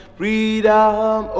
freedom